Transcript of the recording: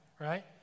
right